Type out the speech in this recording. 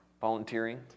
volunteering